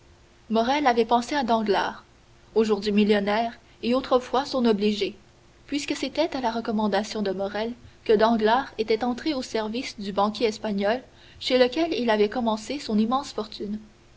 morrel avait pensé à danglars aujourd'hui millionnaire et autrefois son obligé puisque c'était à la recommandation de morrel que danglars était entré au service du banquier espagnol chez lequel avait commencé son immense fortune